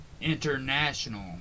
international